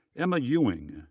emma ewing,